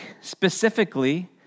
specifically